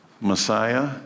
Messiah